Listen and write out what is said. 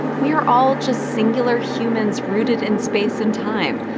we are all just singular humans rooted in space and time,